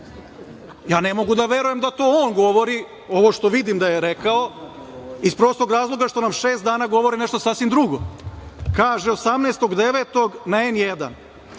Ja ne mogu da verujem da to on govori, ovo što vidim da je rekao, iz prostog razloga što nam šest dana govori nešto sasvim drugo. Kaže 18.